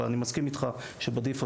אבל אני מסכים איתך שכברירת מחדל,